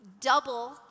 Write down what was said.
double